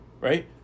right